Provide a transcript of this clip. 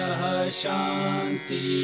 Shanti